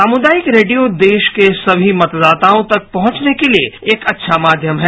सामुदायिक रेडियो देश के सभी मतदाताओं तक पहुंचने के लिए एक अच्छा माध्यम है